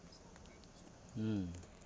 mm